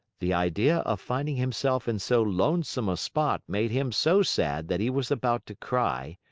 the idea of finding himself in so lonesome a spot made him so sad that he was about to cry,